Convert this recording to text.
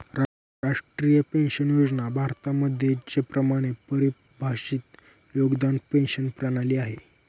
राष्ट्रीय पेन्शन योजना भारतामध्ये इच्छेप्रमाणे परिभाषित योगदान पेंशन प्रणाली आहे